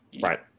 Right